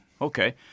Okay